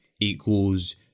equals